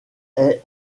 est